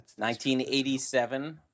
1987